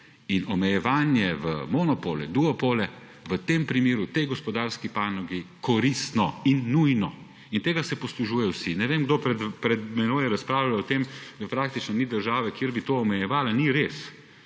in omejevanje v monopole, duopole v tem primeru, v tej gospodarski panogi koristno in nujno. Tega se poslužujejo vsi. Nekdo pred menoj je razpravljal o tem, da praktično ni države, kjer bi se to omejevalo. Ni res.